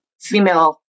female